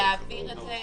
להעביר את זה.